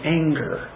anger